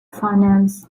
filenames